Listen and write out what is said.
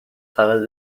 فقط